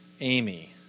Amy